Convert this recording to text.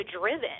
driven